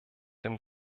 dem